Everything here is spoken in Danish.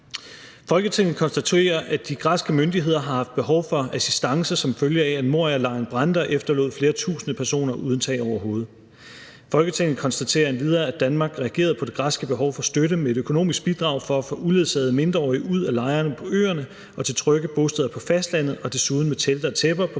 »Folketinget konstaterer, at de græske myndigheder har haft behov for assistance, som følge af at Morialejren brændte og efterlod flere tusinde personer uden tag over hovedet. Folketinget konstaterer endvidere, at Danmark reagerede på det græske behov for at støtte med et økonomisk bidrag til at få uledsagede mindreårige ud af lejrene på øerne og til at trygge bosteder på fastlandet og desuden med telte og tæpper på